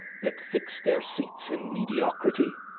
that fix their seats in mediocrity,